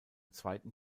zweiten